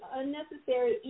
unnecessary